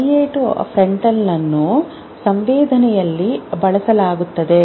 parieto frontal ಅನ್ನು ಸಂವೇದನೆಯಲ್ಲಿ ಬಳಸಲಾಗುತ್ತದೆ